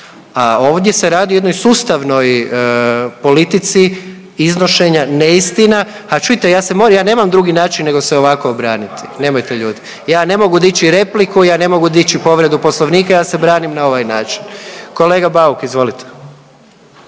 a ovdje se radi o jednoj sustavnoj politici iznošenja neistina. A čujte ja se moram, ja nemam drugi način nego se ovako obraniti. Nemojte ljudi, ja ne mogu dići repliku, ja ne mogu dići povredu Poslovnika. Ja se branim na ovaj način. Kolega Bauk izvolite.